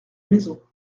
maison